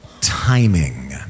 timing